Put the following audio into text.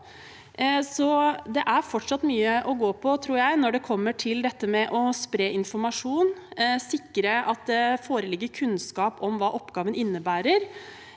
Det er fortsatt mye å gå på, tror jeg, når det gjelder å spre informasjon, sikre at det foreligger kunnskap om hva oppgaven innebærer,